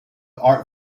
art